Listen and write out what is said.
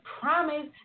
promise